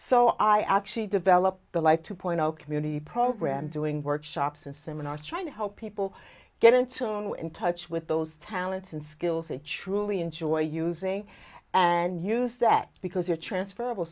so i actually develop the like two point zero community program doing workshops and seminars trying to help people get in tune with in touch with those talents and skills they truly enjoy using and use that because they're transferable